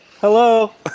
Hello